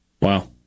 Wow